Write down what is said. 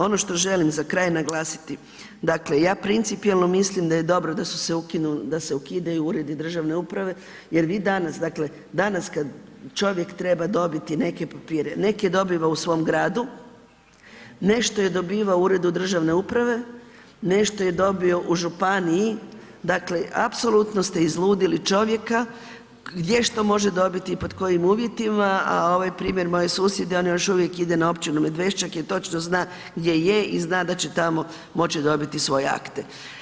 Ono što želim za kraj naglasiti dakle ja principijelno mislim da je dobro da se ukidaju uredi državne uprave jer vi danas, dakle danas kad čovjek treba dobiti neke papire, neke dobiva u svom gradu, nešto je dobivao u uredu državne uprave, nešto je dobio u županiji, dakle apsolutno ste izludili čovjeka gdje što može dobiti i pod kojim uvjetima a ovaj primjer moje susjede, ona još uvijek ide na općinu Medveščak jer točno zna gdje je i zna da će tamo moći dobiti svoje akte.